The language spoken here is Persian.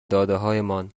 دادههایمان